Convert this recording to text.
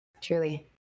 truly